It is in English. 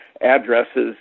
addresses